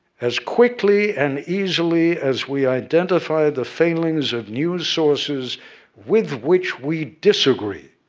as quickly and easily as we identify the failings of news sources with which we disagree,